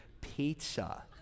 Pizza